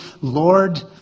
Lord